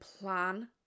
plan